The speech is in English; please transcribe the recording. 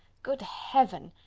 good heaven!